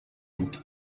donc